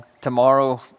tomorrow